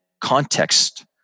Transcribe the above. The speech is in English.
context